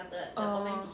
orh